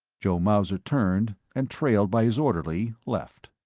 joe mauser turned and, trailed by his orderly, left.